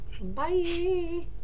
bye